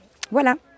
voilà